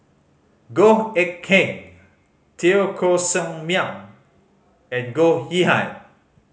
Goh Eck Kheng Teo Koh Sock Miang and Goh Yihan